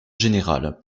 général